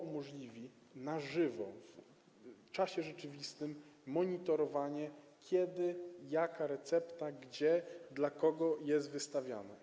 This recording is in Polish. Umożliwi to na żywo, w czasie rzeczywistym monitorowanie, kiedy, jaka recepta, gdzie i dla kogo jest wystawiana.